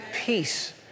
Peace